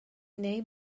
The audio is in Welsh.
neu